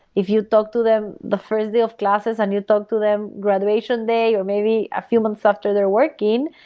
if you talk to them the first day of classes and you talk to them graduation day or maybe a few months after they're working,